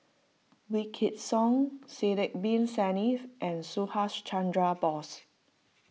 Wykidd Song Sidek Bin Saniff and Subhas Chandra Bose